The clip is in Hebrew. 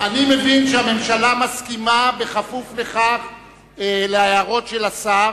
מבין שהממשלה מסכימה בכפוף להערות השר